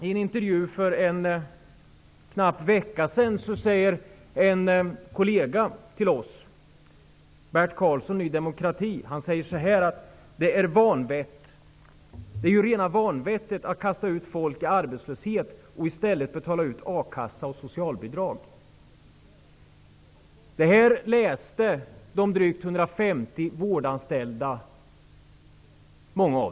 I en intervju för knappt en vecka sedan sade en kollega till oss, Bert Karlsson i Ny demokrati, följande: ''Det är ju rena vanvettet att kasta ut folk i arbetslöshet och istället betala ut a-kassa och socialbidrag.'' Detta läste många av de drygt 250 vårdanställda.